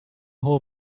whole